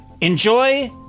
enjoy